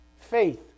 faith